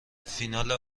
فینال